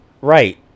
Right